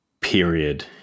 period